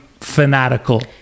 fanatical